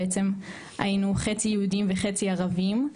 היינו חצי יהודים וחצי ערבים,